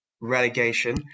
relegation